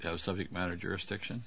have subject matter jurisdiction